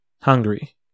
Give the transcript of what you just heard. hungry